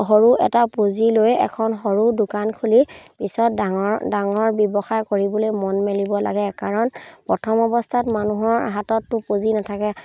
সৰু এটা পুঁজি লৈ এখন সৰু দোকান খুলি পিছত ডাঙৰ ডাঙৰ ব্যৱসায় কৰিবলৈ মন মেলিব লাগে কাৰণ প্ৰথম অৱস্থাত মানুহৰ হাতততো পুঁজি নাথাকে